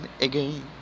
again